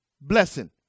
blessing